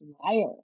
liar